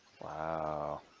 Wow